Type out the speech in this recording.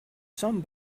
some